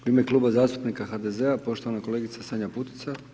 U ime Kluba zastupnika HDZ-a poštovana kolegica Sanja Putica.